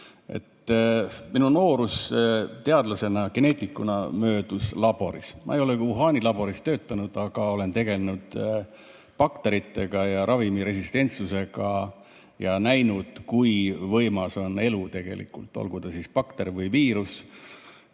Minu noorus teadlasena, geneetikuna möödus laboris. Ma ei ole Wuhani laboris töötanud, aga olen tegelenud bakteritega ja ravimiresistentsusega ja olen näinud, kui võimas on tegelikult elu. Olgu ta bakter või viirus,